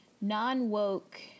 non-woke